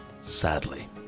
sadly